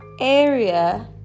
area